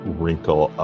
wrinkle